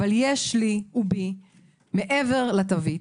אבל יש לי ובי מעבר לתווית,